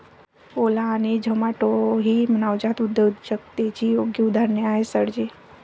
ओला आणि झोमाटो ही नवजात उद्योजकतेची योग्य उदाहरणे आहेत सर जी